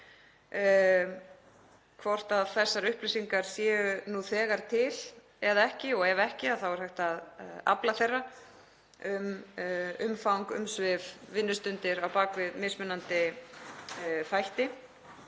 hvort þessar upplýsingar séu nú þegar til eða ekki, og ef ekki þá er hægt að afla þeirra, um umfang, umsvif, vinnustundir á bak við mismunandi þætti.